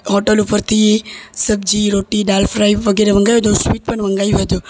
hotel ઉપરથી સબ્જી રોટી દાલ ફ્રાય વગેરે મંગાવ્યુ હતું સ્વીટ પણ મંગાવ્યું હતું